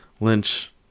Lynch